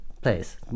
place